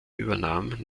übernahm